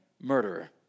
Murderer